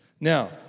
Now